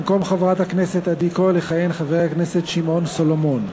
במקום חברת הכנסת עדי קול יכהן חבר הכנסת שמעון סולומון.